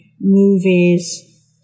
movies